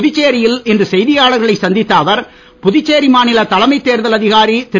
புதுச்சேரியில் இன்று செய்தியாளர்களை சந்தித்த அவர் புதுச்சேரி மாநில தலைமை தேர்தல் அதிகாரி திரு